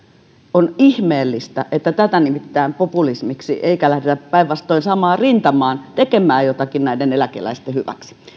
on ihmeellistä että tätä nimitetään populismiksi eikä lähdetä päinvastoin samaan rintamaan tekemään jotakin eläkeläisten hyväksi